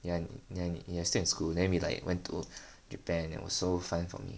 ya y~ you're still in school then we like went to Japan that was so fun for me